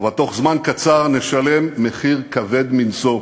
אבל תוך זמן קצר נשלם מחיר כבד מנשוא,